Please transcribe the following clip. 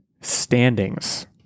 standings